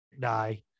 die